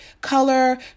color